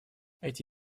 эти